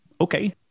Okay